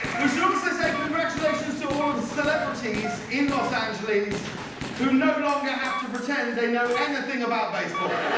we should also say congratulations to all the celebrities in los angeles who no longer have to pretend they know anything about baseball.